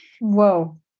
Whoa